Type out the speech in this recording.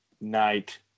night